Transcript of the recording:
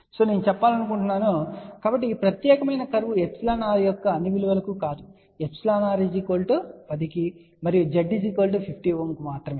నేను ప్రస్తావించాలనుకుంటున్నాను కాబట్టి ఈ ప్రత్యేకమైన కర్వ్ εr యొక్క అన్ని విలువలకు కాదు εr 10 కి మరియు Z0 50 ohm కు మాత్రమే